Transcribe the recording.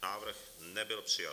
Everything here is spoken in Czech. Návrh nebyl přijat.